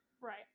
Right